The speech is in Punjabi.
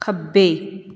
ਖੱਬੇ